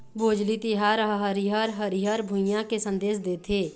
भोजली तिहार ह हरियर हरियर भुइंया के संदेस देथे